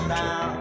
now